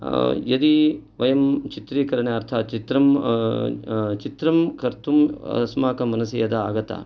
यदि वयं चित्रीकरण्यार्थं चित्रं चित्रं कर्तुम् अस्माकं मनसि यदा आगता